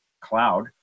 cloud